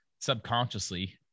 Subconsciously